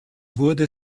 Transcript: wurde